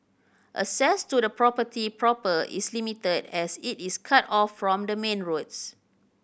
access to the property proper is limited as it is cut off from the main roads